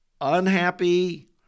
unhappy